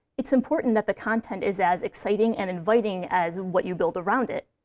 it's important that the content is as exciting and inviting as what you build around it.